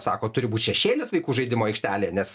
sako turi būt šešėlis vaikų žaidimų aikštelė nes